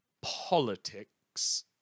politics